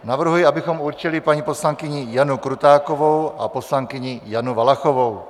Navrhuji, abychom určili paní poslankyni Janu Krutákovou a poslankyni Janu Valachovou.